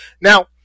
Now